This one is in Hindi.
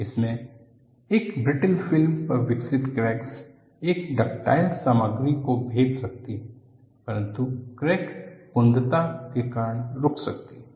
इसमें एक ब्रिटल फिल्म पर विकसित क्रैक एक डक्टाइल सामग्री को भेद सकती है परंतु क्रैक कुंदता के कारण रुक सकती है